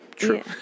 True